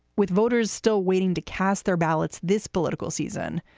with voters still waiting to cast their ballots this political season,